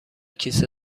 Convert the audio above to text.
کیسه